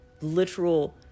literal